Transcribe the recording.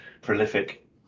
prolific